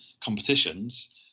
competitions